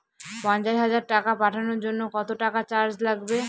পণ্চাশ হাজার টাকা পাঠানোর জন্য কত টাকা চার্জ লাগবে?